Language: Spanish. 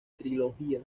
trilogía